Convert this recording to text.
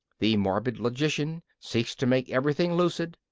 the morbid logician seeks to make everything lucid,